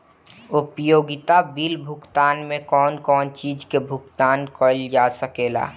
उपयोगिता बिल भुगतान में कौन कौन चीज के भुगतान कइल जा सके ला?